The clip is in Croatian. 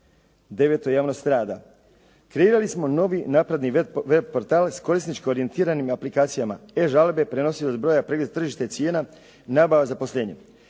9. javnost rada. Kreirali smo novi napredni web portal s korisničko orijentiranim aplikacijama. E-žalbe, prenosivost broja, pregled tržišta cijena, nabava, zaposlenje.